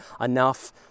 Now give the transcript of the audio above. enough